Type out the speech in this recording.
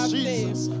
Jesus